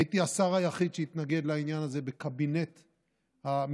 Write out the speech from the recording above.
הייתי השר היחיד שהתנגד לעניין הזה בקבינט המדיני-ביטחוני,